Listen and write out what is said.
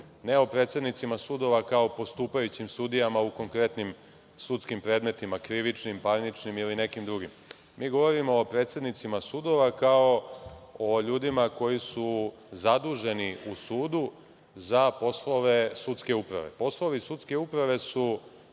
ne o predsednicima sudova kao postupajućim sudijama u konkretnim sudskim predmetima, krivičnim, parničnim, ili nekim drugim. Mi govorimo o predsednicima sudova kao o ljudima koji su zaduženi u sudu za poslove sudske uprave. Poslovi sudske uprave su